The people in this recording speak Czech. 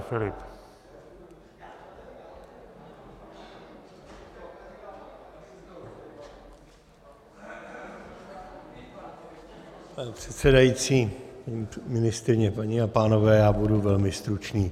Pane předsedající, ministryně, paní a pánové, já budu velmi stručný.